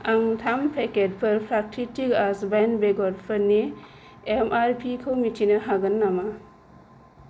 आं थाम पेकेट फोर प्राकृतिक आजवाइन बेगरफोरनि एमआरपि खौ मिथिनो हागोन नामा